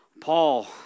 Paul